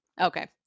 Okay